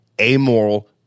amoral